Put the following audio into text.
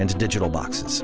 and digital boxes